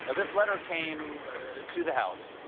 this letter came to the house,